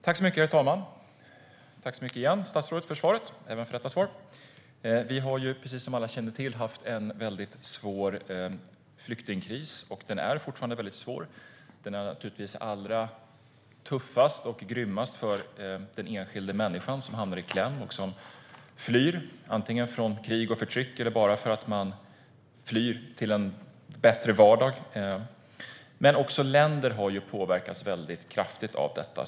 Herr talman! Tack så mycket, statsrådet, även för detta svar! Vi har som alla känner till haft en väldigt svår flyktingkris, och den är fortfarande väldigt svår. Den är naturligtvis allra tuffast och grymmast för den enskilde människan som hamnar i kläm och som flyr antingen från krig och förtryck eller till en bättre vardag. Men också länder har påverkats mycket kraftigt av detta.